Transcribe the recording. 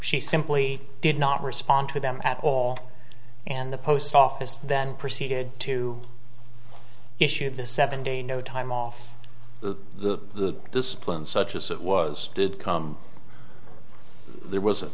she simply did not respond to them at all and the post office then proceeded to issue this seven day no time off the discipline such as it was did come there was